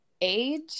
Age